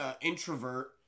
introvert